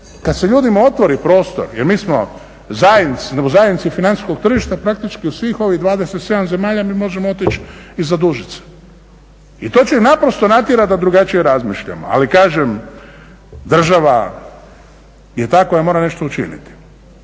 kad se ljudima otvori prostor jer mi smo u zajednici financijskog tržišta, praktički u svih ovih 27. zemalja mi možemo otići i zadužiti se. I to će naprosto natjerati da drugačije razmišljamo. Ali kažem, država je ta koja mora nešto učiniti.